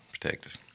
protective